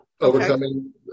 overcoming